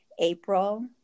April